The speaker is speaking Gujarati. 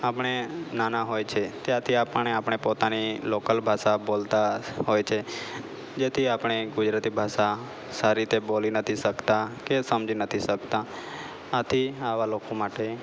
આપણે નાના હોય છે ત્યાંથી આપણે આપણે પોતાની લોકલ ભાષા બોલતા હોય છે જેથી આપણે ગુજરાતી ભાષા સારી રીતે બોલી નથી શકતા કે સમજી નથી શકતા આથી આવા લોકો માટે